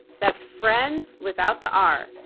that's friends without the r,